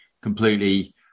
completely